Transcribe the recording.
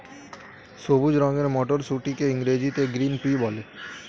সবুজ রঙের মটরশুঁটিকে ইংরেজিতে গ্রিন পি বলে